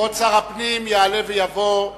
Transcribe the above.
כבוד שר הפנים יעלה ויבוא.